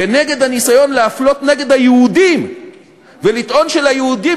כנגד הניסיון להפלות את היהודים ולטעון שליהודים